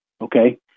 okay